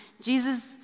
Jesus